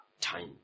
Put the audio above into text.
time